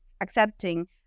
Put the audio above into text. accepting